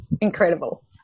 Incredible